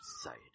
side